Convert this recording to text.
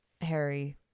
Harry